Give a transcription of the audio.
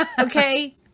Okay